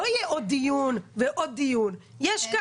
לא יהיה עוד דיון ועוד דיון.